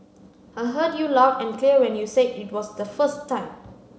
I heard you loud and clear when you said it was the first time